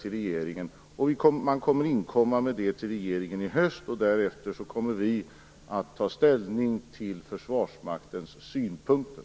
Försvarsmakten kommer att inkomma med detta till regeringen i höst, och därefter kommer regeringen att ta ställning till Försvarsmaktens synpunkter.